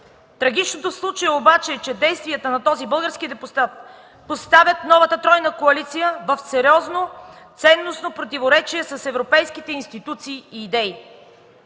Трагичното в случая обаче е, че действията на този български депутат поставят новата тройна коалиция в сериозно ценностно противоречие с европейските ценности и идеи.